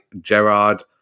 Gerard